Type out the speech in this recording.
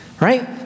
right